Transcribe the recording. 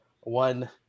one